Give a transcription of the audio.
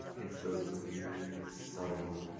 it's those weird, subtle,